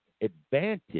advantage